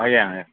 ଆଜ୍ଞା ଆଜ୍ଞା